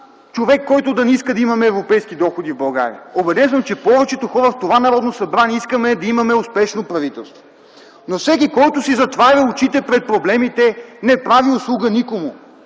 човек, който да не иска да имаме европейски доходи в България. Убеден съм, че повечето хора в това Народно събрание искаме да имаме успешно правителство. Всеки, който си затваря очите пред проблемите, не прави услуга никому.